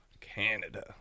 Canada